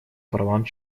правам